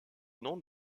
nom